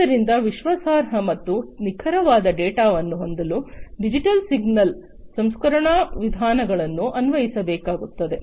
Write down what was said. ಆದ್ದರಿಂದ ವಿಶ್ವಾಸಾರ್ಹ ಮತ್ತು ನಿಖರವಾದ ಡೇಟಾವನ್ನು ಹೊಂದಲು ಡಿಜಿಟಲ್ ಸಿಗ್ನಲ್ ಸಂಸ್ಕರಣಾ ವಿಧಾನಗಳನ್ನು ಅನ್ವಯಿಸಬೇಕಾಗುತ್ತದೆ